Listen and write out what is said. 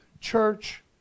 church